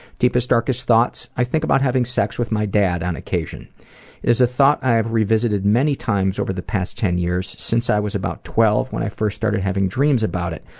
deepest, darkest thoughts i think about having sex with my dad on occasion. it is a thought i have revisited many times over the past ten years since i was about twelve, when i first started having dreams about it.